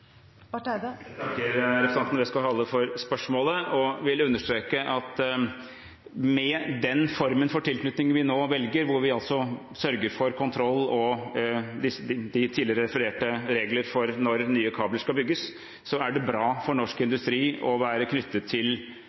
Jeg takker representanten Westgaard-Halle for spørsmålet og vil understreke at med den formen for tilknytning vi nå velger, hvor vi sørger for kontroll, og med de tidligere refererte regler for når nye kabler skal bygges, er det bra for norsk industri å være knyttet til